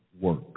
work